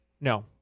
No